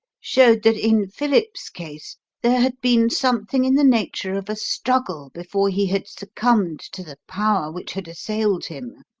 showed that in philip's case there had been something in the nature of a struggle before he had succumbed to the power which had assailed him.